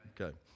Okay